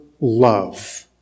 love